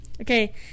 Okay